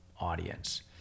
audience